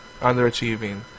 underachieving